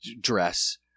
dress